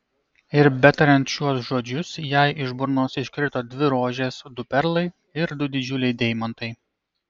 ir betariant šiuos žodžius jai iš burnos iškrito dvi rožės du perlai ir du didžiuliai deimantai